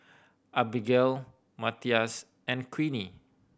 Abagail Matias and Queenie